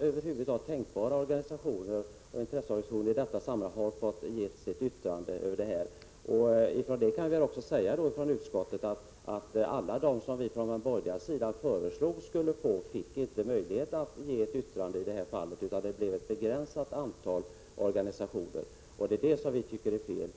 över huvud taget alla tänkbara organisationer fått yttra sig över det här förslaget. Jag kan väl samtidigt säga att alla de som vi från den borgerliga sidan i utskottet föreslog skulle få yttra sig inte fick någon möjlighet att göra det. Endast ett begränsat antal organisationer fick avge yttrande. Det är det som vi tycker är fel.